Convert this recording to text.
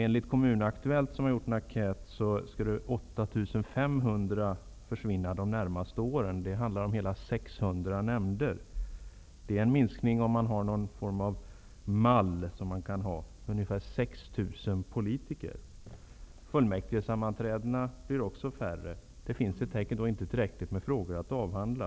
Enligt Kommunaktuellts enkät kommer 8 500 uppdrag att försvinna under de närmaste åren, vilket rör sig om hela 600 nämnder. Det är en minskning med ca 6 000 politiker. Också fullmäktigesammanträdena blir färre. Det finns helt enkelt inte tillräckligt med frågor att avhandla.